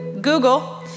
Google